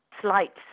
slight